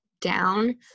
down